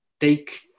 take